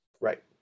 Right